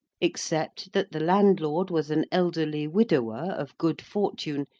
except that the landlord was an elderly widower of good fortune,